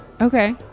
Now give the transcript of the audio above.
Okay